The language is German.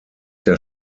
der